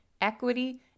equity